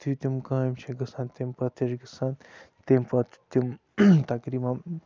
یُتھُے تِم کامہِ چھِ گژھان تمہِ پَتَے چھِ گژھان تمہِ پَتہٕ چھِ تِم تقریٖباً